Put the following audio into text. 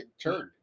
turned